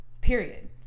Period